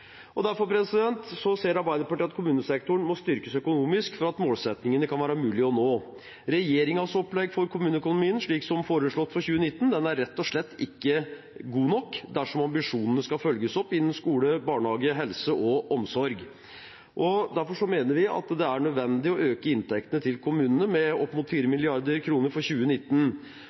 kommunene. Derfor sier Arbeiderpartiet at kommunesektoren må styrkes økonomisk, slik at målsettingene kan være mulig å nå. Regjeringens opplegg for kommuneøkonomien, som foreslått for 2019, er rett og slett ikke godt nok dersom ambisjonene skal følges opp innen skole, barnehage, helse og omsorg. Derfor mener vi det er nødvendig å øke inntektene til kommunene med opp mot 4 mrd. kr for 2019.